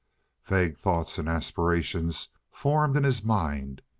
vague thoughts and aspirations formed in his mind.